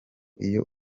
iyo